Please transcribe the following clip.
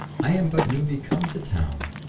i am but newly come to town,